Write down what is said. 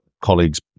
colleagues